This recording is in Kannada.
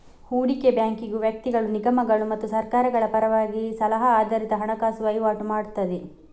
ಹೂಡಿಕೆ ಬ್ಯಾಂಕಿಂಗು ವ್ಯಕ್ತಿಗಳು, ನಿಗಮಗಳು ಮತ್ತು ಸರ್ಕಾರಗಳ ಪರವಾಗಿ ಸಲಹಾ ಆಧಾರಿತ ಹಣಕಾಸು ವೈವಾಟು ಮಾಡ್ತದೆ